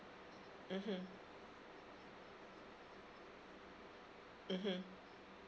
mmhmm mmhmm